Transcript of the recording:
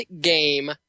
game